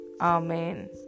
Amen